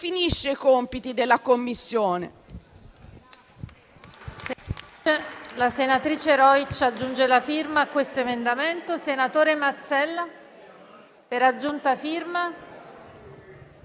3 reca i compiti della Commissione